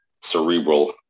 cerebral